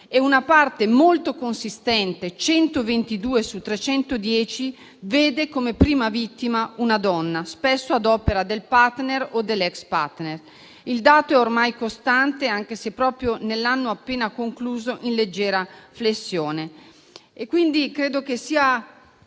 e una parte molto consistente - 122 su 310 - vede come prima vittima una donna spesso ad opera del *partner* o dell'ex *partner*. Il dato è ormai costante, anche se proprio nell'anno appena concluso in leggera flessione.